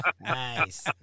Nice